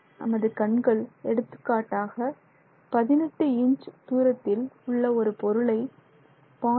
நமது கண்கள் எடுத்துக்காட்டாக 18 இன்ச் தூரத்தில் உள்ள ஒரு பொருளை 0